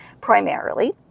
primarily